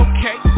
Okay